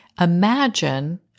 imagine